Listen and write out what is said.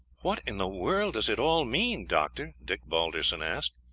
what in the world does it all mean, doctor? dick balderson asked,